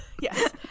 Yes